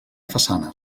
façana